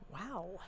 Wow